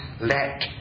let